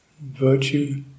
virtue